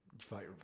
Fight